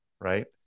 right